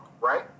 right